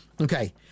Okay